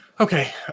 Okay